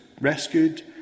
rescued